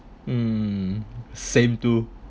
hmm same too